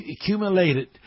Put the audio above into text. accumulated